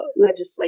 legislation